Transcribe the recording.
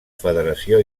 federació